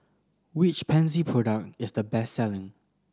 which Pansy product is the best selling